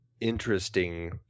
interesting